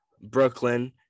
Brooklyn